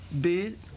bid